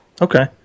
Okay